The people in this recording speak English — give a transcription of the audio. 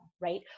right